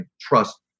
trust